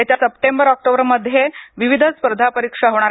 येत्या सप्टेंबर ऑक्टोबरमध्ये विविध स्पर्धा परीक्षा होणार आहेत